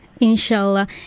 Inshallah